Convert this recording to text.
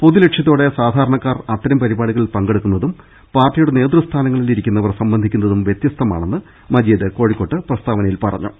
പൊതു ലക്ഷ്യത്തോടെ സാധാരണക്കാർ അത്തരം പരിപാടികളിൽ പങ്കെടുക്കുന്നതും പാർട്ടിയുടെ നേതൃസ്ഥാനങ്ങളിൽ ഇരിക്കുന്നവർ സംബന്ധിക്കുന്നതും വൃത്യസ്തമാണെന്ന് മജീദ് കോഴിക്കോട് പ്രസ്താ വനയിൽ പറഞ്ഞു